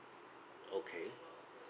okay